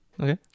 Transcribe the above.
Okay